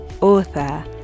author